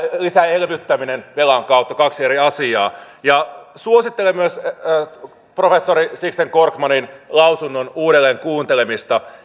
lisäelvyttäminen velan kautta ne ovat kaksi eri asiaa suosittelen myös professori sixten korkmanin lausunnon uudelleen kuuntelemista